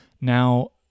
Now